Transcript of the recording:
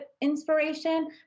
inspiration